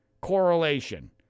correlation